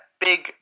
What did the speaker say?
big